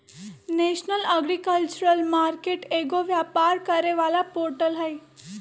national agriculture market एगो व्यापार करे वाला पोर्टल हई